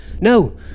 No